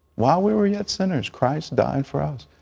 while we were yet sinners, christ died for us.